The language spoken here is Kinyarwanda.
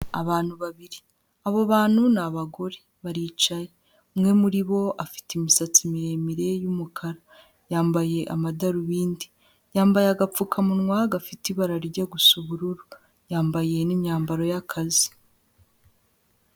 Abantu babiri abo bantu ni abagore baricaye umwe muri bo afite imisatsi miremire y'umukara yambaye amadarubindi yambaye agapfukamunwa gafite ibara rijya gusa ubururu yambaye n'imyambaro y'akazi.